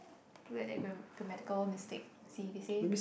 look at that gram grammatical mistake see they say